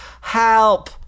Help